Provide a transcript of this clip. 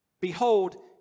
Behold